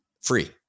free